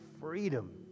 freedom